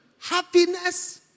Happiness